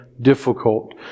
difficult